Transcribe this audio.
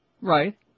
Right